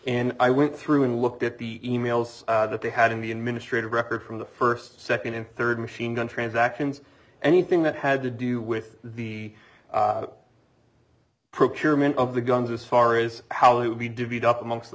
in i went through and looked at the e mails that they had in the administrative records from the first second and third machine gun transactions anything that had to do with the procurement of the guns as far as how he would be divvied up amongst the